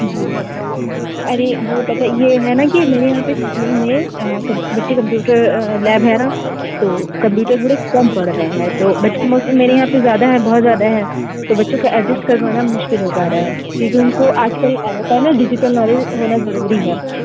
जी अरे वो पता ये है ना कि मेरे यहाँ पर इस्कूल में कम बच्चे कंप्यूटर लैब है ना तो कंप्यूटर थोड़े कम पड़ रहे हैं तो बच्चे मेरे यहाँ पर ज्यादा है बहुत ज्यादा है तो बच्चों का एडजस्ट कर पाना मुश्किल हो पा रहा है क्योंकी उनको आजकल होता है ना डिजिटल नॉलेज होना जरूरी है